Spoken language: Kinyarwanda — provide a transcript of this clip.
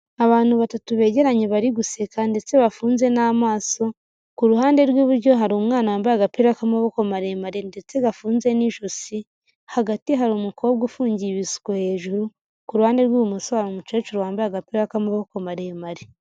Abantu batatu begeranye bari guseka, ndetse bafunze n'amaso, ku ruhande rw'iburyo hari umwana wambaye agapira k'amaboko maremare ndetse gafunze n'ijosi, hagati hari umukobwa ufungiye ibisuko hejuru, ku ruhande rw'ibumoso hari umukecuru wambaye agapira k'amaboko maremare.